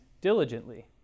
diligently